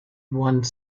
one